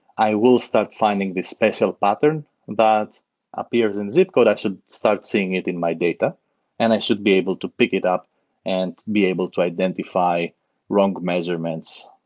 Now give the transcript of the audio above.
i will start finding the special pattern that appears in zip code. i should start seeing it in my data and i should be able to pick it up and be able to identify wrong measurements